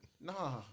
Nah